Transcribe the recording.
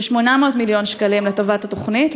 של 800 מיליון שקלים לטובת התוכנית.